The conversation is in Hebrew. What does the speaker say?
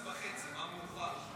22:30, מה מאוחר?